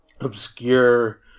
obscure